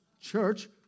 Church